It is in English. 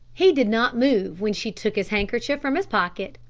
he did not move when she took his handkerchief from his pocket,